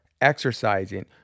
exercising